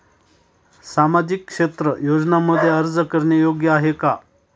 सामाजिक क्षेत्र योजनांमध्ये अर्ज करणे योग्य आहे का?